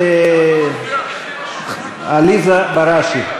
עליזה בראשי,